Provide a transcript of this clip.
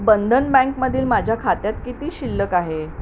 बंधन बँकमधील माझ्या खात्यात किती शिल्लक आहे